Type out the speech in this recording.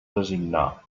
designar